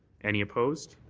any opposed?